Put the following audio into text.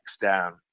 down